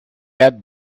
had